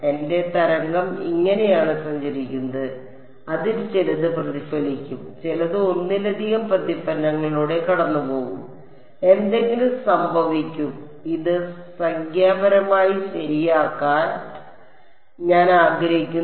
എന്റെ തരംഗം ഇങ്ങനെയാണ് സഞ്ചരിക്കുന്നത് അതിൽ ചിലത് പ്രതിഫലിക്കും ചിലത് ഒന്നിലധികം പ്രതിഫലനങ്ങളിലൂടെ കടന്നുപോകും എന്തെങ്കിലും സംഭവിക്കും ഇത് സംഖ്യാപരമായി ശരിയാക്കാൻ ഞാൻ ആഗ്രഹിക്കുന്നു